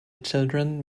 children